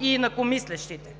и на инакомислещите.